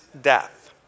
death